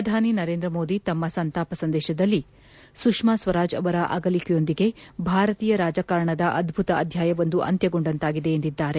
ಪ್ರಧಾನಿ ನರೇಂದ್ರ ಮೋದಿ ತಮ್ಮ ಸಂತಾಪ ಸಂದೇಶದಲ್ಲಿ ಸುಷ್ಮಾ ಸ್ವರಾಜ್ ಅವರ ಅಗಲಿಕೆಯೊಂದಿಗೆ ಭಾರತೀಯ ರಾಜಕಾರಣದ ಅದ್ದುತ ಅಧ್ಯಾಯವೊಂದು ಅಂತ್ಯಗೊಂಡಂತಾಗಿದೆ ಎಂದಿದ್ದಾರೆ